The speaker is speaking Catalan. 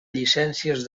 llicències